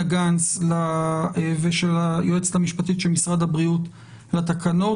גנס ושל היועצת המשפטית של משרד הבריאות לתקנות,